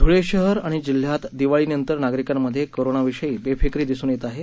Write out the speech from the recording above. धुळे शहर आणि जिल्ह्यात दिवाळी नंतर नागरिकांमध्ये कोरोनविषयी बेफिकिरी दिसून येत आहे